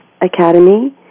Academy